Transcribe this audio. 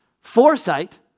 foresight